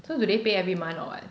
so do they pay every month or what